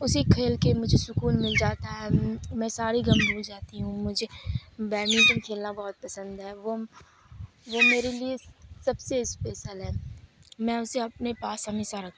اسی کھیل کے مجھے سکون مل جاتا ہے میں ساری غم بھول جاتی ہوں مجھے بیڈمنٹن کھیلنا بہت پسند ہے وہ وہ میرے لیے سب سے اسپیسل ہے میں اسے اپنے پاس ہمیشہ رکھ